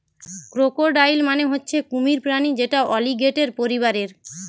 crocodile মানে হচ্ছে কুমির প্রাণী যেটা অলিগেটের পরিবারের